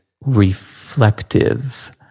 reflective